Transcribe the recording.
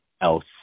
else